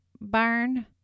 barn